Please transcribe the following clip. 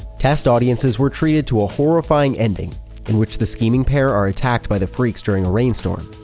test audiences were treated to a horrifying ending in which the scheming pair are attacked by the freaks during a rainstorm,